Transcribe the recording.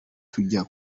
tujya